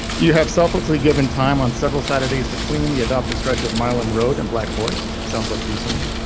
you have selflessly given time on several saturdays to clean the adopted stretch of milam road and black forest. sounds like recently,